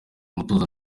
umutuzo